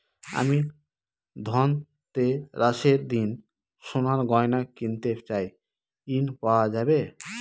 আমি ধনতেরাসের দিন সোনার গয়না কিনতে চাই ঝণ পাওয়া যাবে?